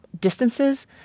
distances